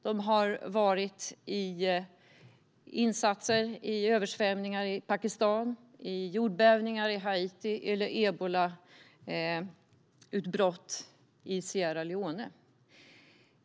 De har deltagit i insatser vid översvämningar i Pakistan, vid jordbävningar i Haiti eller vid ebolautbrott i Sierra Leone.